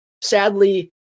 sadly